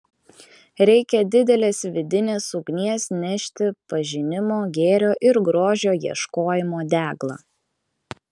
reikia didelės vidinės ugnies nešti pažinimo gėrio ir grožio ieškojimo deglą